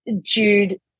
Jude